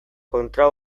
kontra